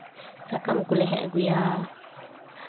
ᱥᱟᱠᱟᱢ ᱠᱚᱞᱮ ᱦᱮᱡ ᱟᱹᱜᱩᱭᱟ